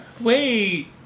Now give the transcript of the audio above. Wait